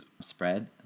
spread